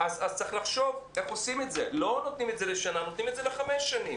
הישיבה הזאת תוקדש למצב הסטודנטים בישראל לכבוד יום הסטודנט.